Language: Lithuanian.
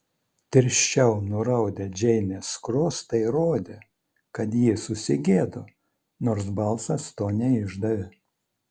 tirščiau nuraudę džeinės skruostai rodė kad ji susigėdo nors balsas to neišdavė